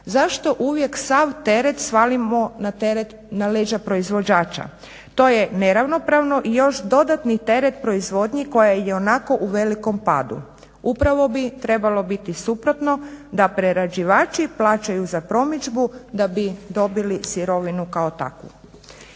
Zašto uvijek sav teret svalimo na leđa proizvođača? To je neravnopravno i još dodatni teret proizvodnji koja je ionako u velikom padu. Upravo bi trebalo biti suprotno, da prerađivači plaćaju za promidžbu da bi dobili sirovinu kao takvu.